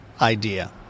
idea